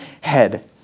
head